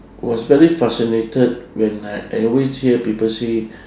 was very fascinated when I always hear people say